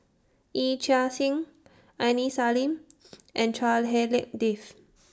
Yee Chia Hsing Aini Salim and Chua Hak Lien Dave